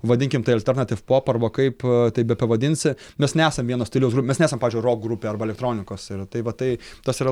vadinkim tai alternativ pop arba kaip tai bepavadinsi mes nesam vieno stiliaus grupė mes nesam pavyzdžiui rok grupė arba elektronikos ir tai va tai tas yra